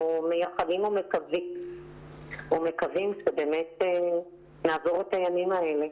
אנחנו מייחלים ומקווים שבאמת נעבור את הימים האלה,